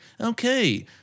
okay